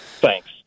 Thanks